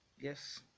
yes